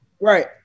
Right